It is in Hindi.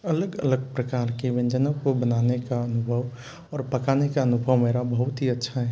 अलग अलग प्रकार के व्यंजनों को बनाने का अनुभव और पकाने का अनुभव मेरा बहुत ही अच्छा है